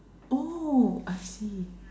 oh I see